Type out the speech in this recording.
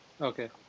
Okay